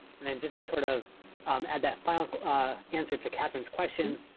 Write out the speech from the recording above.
and just to sort of um add that final answer to katherine's question,